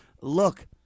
look